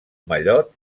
mallot